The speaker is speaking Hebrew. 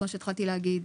כמו שהתחלתי להגיד,